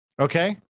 Okay